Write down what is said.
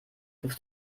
griff